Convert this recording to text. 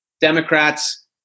Democrats